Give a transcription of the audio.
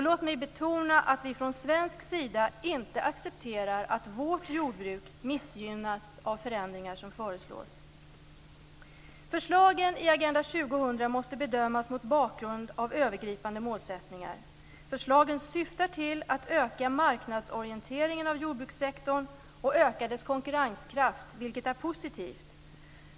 Låt mig betona att vi från svensk sida inte accepterar att vårt jordbruk missgynnas av förändringar som föreslås. Förslagen i Agenda 2000 måste bedömas mot bakgrund av övergripande målsättningar. Förslagen syftar till att öka marknadsorienteringen av jordbrukssektorn och öka dess konkurrenskraft, vilket är positivt.